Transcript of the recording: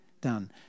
done